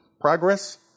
progress